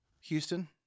Houston